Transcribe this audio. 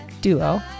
duo